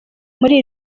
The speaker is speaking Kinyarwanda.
muri